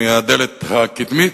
מהדלת הקדמית,